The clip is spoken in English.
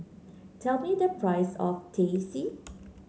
tell me the price of Teh C